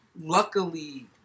luckily